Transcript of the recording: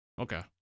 Okay